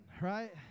right